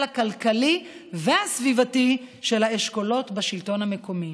הכלכלי והסביבתי של האשכולות בשלטון המקומי.